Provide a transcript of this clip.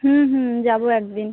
হুম হুম যাবো এক দিন